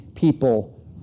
people